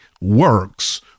works